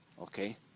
Okay